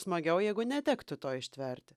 smagiau jeigu netektų to ištverti